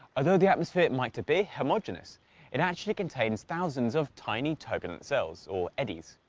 although the atmosphere might to be homogeneous it actually contains thousands of tiny turbulent cells, or eddies.